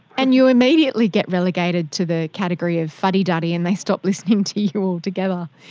and you immediately get relegated to the category of fuddy-duddy and they stop listening to you altogether.